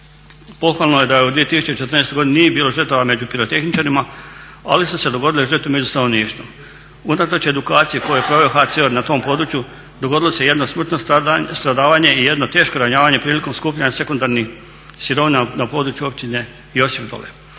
Pohvalno je da je u 2014.godini nije bilo žrtava među pirotehničarima ali su se dogodile žrtve među stanovništvo. Unatoč edukaciji koju je proveo HCR na tom području dogodila se jedno smrtno stradanje i jedno teško ranjavanje prilikom skupljanja sekundarnih sirovina na području općine Josipdol.